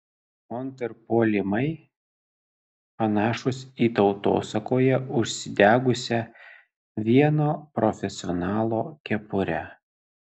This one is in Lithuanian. kontrpuolimai panašūs į tautosakoje užsidegusią vieno profesionalo kepurę